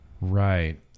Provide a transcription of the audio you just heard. Right